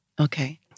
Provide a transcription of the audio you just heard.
Okay